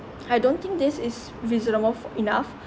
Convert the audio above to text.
I don't think this is reasonable fo~ enough